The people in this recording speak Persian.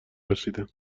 رسیدند